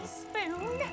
spoon